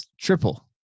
triple